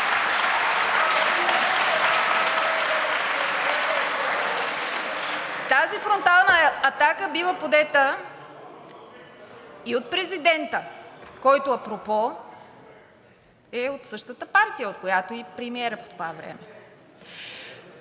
Тази фронтална атака бива подета и от президента, който апропо е от същата партия, от която е и премиерът по това време.